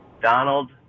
Donald